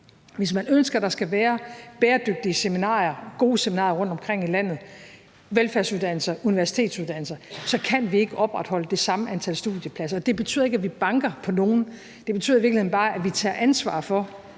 og man ønsker, at der skal være bæredygtige og gode seminarier rundtomkring i landet, velfærdsuddannelser og universitetsuddannelser, så kan vi ikke opretholde det samme antal studiepladser. Det betyder ikke, at vi banker på nogen. Det betyder i virkeligheden bare, at vi tager ansvar for